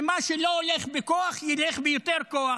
שמה שלא הולך בכוח ילך ביותר כוח.